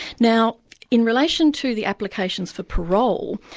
now in relation to the applications for parole,